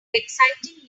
exciting